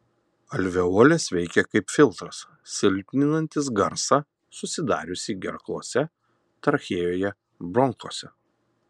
alveolės veikia kaip filtras silpninantis garsą susidariusį gerklose trachėjoje bronchuose